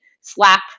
slap